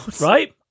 Right